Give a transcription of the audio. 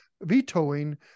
vetoing